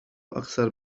أكثر